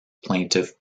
plaintiff